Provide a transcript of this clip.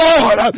Lord